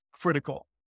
critical